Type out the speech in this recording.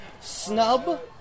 Snub